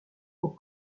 aux